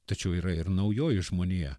tačiau yra ir naujoji žmonija